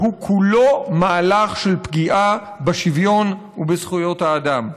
שהוא כולו מהלך של פגיעה בשוויון ובזכויות האדם,